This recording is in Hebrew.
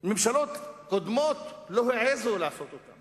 ממשלות קודמות לא העזו לעשות את זה.